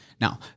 Now